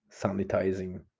sanitizing